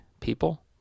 people